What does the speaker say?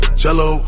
jello